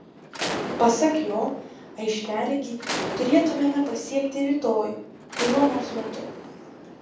pasak jo aiškiaregį turėtumėme pasiekti rytoj kuriuo nors metu